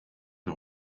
the